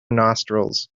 nostrils